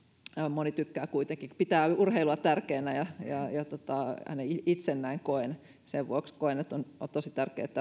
moni pitää kuitenkin urheilua tärkeänä ainakin itse näin koen ja sen vuoksi koen että on tosi tärkeätä